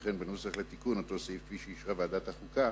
וכן בנוסח לתיקון אותו סעיף כפי שאישרה ועדת החוקה,